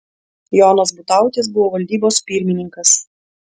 jonas butautis buvo valdybos pirmininkas